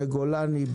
בגולני,